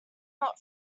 not